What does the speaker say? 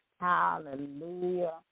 hallelujah